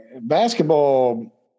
basketball